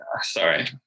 Sorry